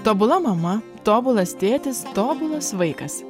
tobula mama tobulas tėtis tobulas vaikas